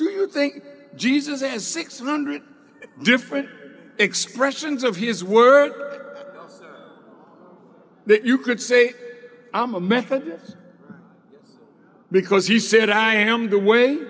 do you think jesus has six hundred different expressions of his word that you could say i'm a methodist because he said i am the way